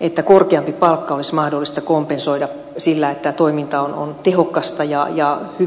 että korkeampi palkka olisi mahdollista kompensoida sillä että toiminta on tehokasta ja hyvin suunniteltua